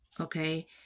okay